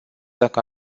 dacă